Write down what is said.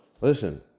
Listen